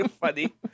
funny